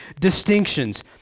distinctions